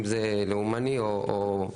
אם זה לאומני או פלילי,